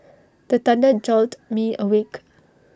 the thunder jolt me awake